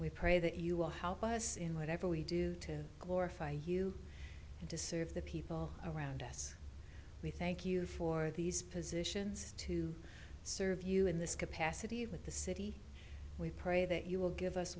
we pray that you will help us in whatever we do to glorify you deserve the people around us we thank you for these positions to serve you in this capacity with the city we pray that you will give us